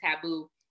taboo